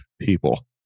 people